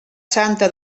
santa